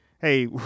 hey